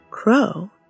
crow